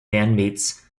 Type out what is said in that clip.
bandmates